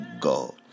God